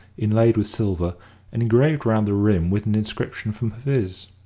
inlaid with silver and engraved round the rim with an inscription from hafiz.